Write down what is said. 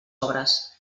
obres